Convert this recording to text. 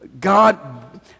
God